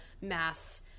mass